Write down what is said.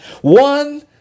One